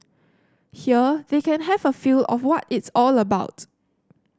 here they can have a feel of what it's all about